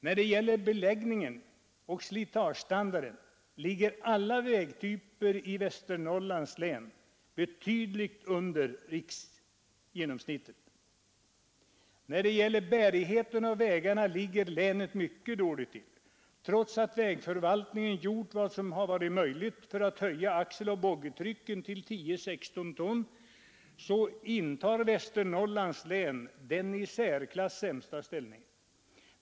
När det gäller beläggningen och slitagestandarden ligger alla vägtyper i Västernorrlands län betydligt under riksgenomsnittet. I fråga om bärigheten av vägarna ligger länet mycket dåligt till. Trots att vägförvaltningen gjort vad som varit möjligt för att höja axeloch boggitryck till 10/16 ton intar Västernorrlands län den i särklass sämsta ställningen.